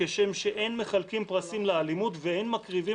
'כשם שאין מחלקים פרסים לאלימות ואין מקריבים